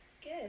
Good